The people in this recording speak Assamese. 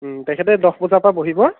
তেখেতে দহ বজাৰপৰা বহিব